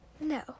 no